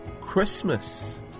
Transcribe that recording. Christmas